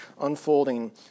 unfolding